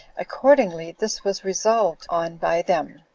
accordingly, this was resolved on by them,